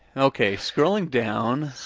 okay, scrolling down.